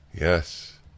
Yes